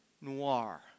Noir